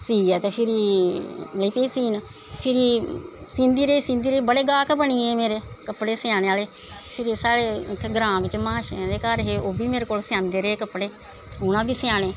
सियै ते फिरी लगी पेई सीन सींदी रेही सींदी रेही बड़े गाह्क बनियें मेरे स्याह्नें आह्ले फिर उत्थें साढ़े ग्रांऽ बिच्च महाशेआं दे घऱ हे ओह् बी मेरे कोल स्यांदे रेह् कपड़े उनां बी स्याह्नें